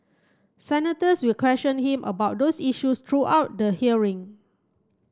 senators will question him about those issues throughout the hearing